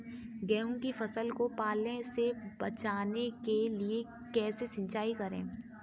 गेहूँ की फसल को पाले से बचाने के लिए कैसे सिंचाई करें?